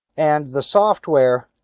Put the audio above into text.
and the software